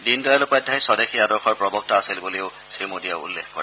দীনদয়াল উপাধ্যায় স্বদেশী আদৰ্শৰ প্ৰবক্তা আছিল বুলিও শ্ৰীমোদীয়ে উল্লেখ কৰে